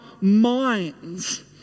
minds